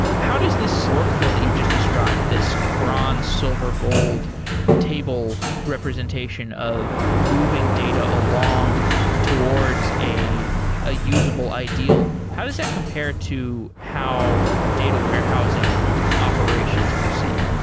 how does this workflow that you've just described, this bronze, silver, gold table representation of moving data along towards a ah usable ideal? how does that compare to how data warehousing operations proceed?